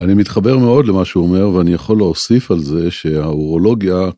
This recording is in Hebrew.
אני מתחבר מאוד למה שהוא אומר ואני יכול להוסיף על זה שהאורולוגיה.